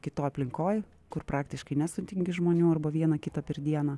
kitoj aplinkoj kur praktiškai nesutinki žmonių arba vieną kitą per dieną